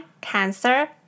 Cancer